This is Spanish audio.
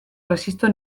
resisto